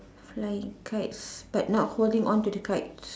flying kites but not holding onto the kites